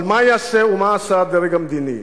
אבל מה יעשה ומה עשה הדרג המדיני?